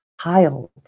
child